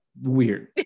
weird